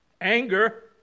Anger